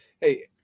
Hey